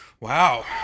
Wow